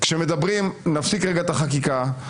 נפסיק רגע את החקיקה,